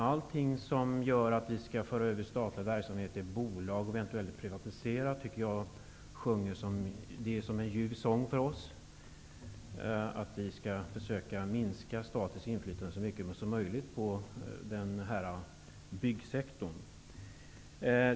Allting som gör att vi skall föra över statlig verksamhet till bolag och eventuellt privatisera är som en ljuv sång för oss, dvs. att vi skall försöka minska statens inflytande på byggsektorn så mycket som möjligt.